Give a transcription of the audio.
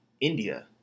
India